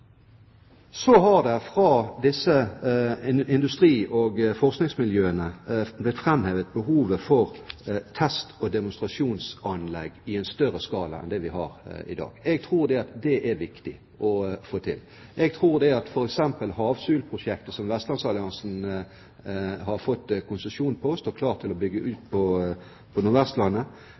Så har det fra industri- og forskningsmiljøene blitt framhevet behovet for test- og demonstrasjonsanlegg i en større skala enn det vi har i dag. Jeg tror at det er viktig å få til. Jeg tror at f.eks. Havsulprosjektet, som Vestlandsalliansen har fått konsesjon på og står klar til å bygge ut på